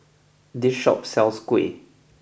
this shop sells Kuih